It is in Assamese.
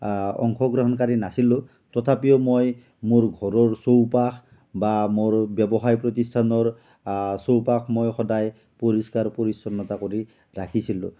অংশগ্ৰহণকাৰী নাছিলোঁ তথাপিও মই মোৰ ঘৰৰ চৌপাশ বা মোৰ ব্যৱসায় প্ৰতিষ্ঠানৰ চৌপাশ মই সদায় পৰিষ্কাৰৰ পৰিচ্ছন্নতা কৰি ৰাখিছিলোঁ